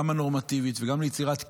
גם הנורמטיבית וגם ליצירת כלים,